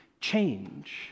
Change